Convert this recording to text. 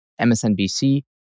MSNBC